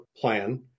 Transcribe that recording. plan